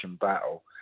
battle